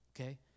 okay